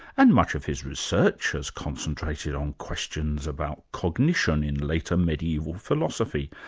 and much of his research has concentrated on questions about cognition in later mediaeval philosophy,